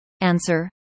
Answer